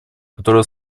который